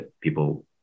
people